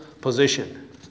position